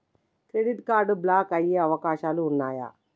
Credit card block అయ్యే అవకాశాలు ఉన్నయా?